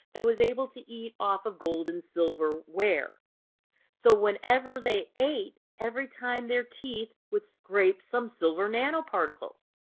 that was able to eat off of gold and silverware. so whenever they ate, every time their teeth would scrape some silver nanoparticles.